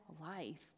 life